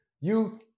Youth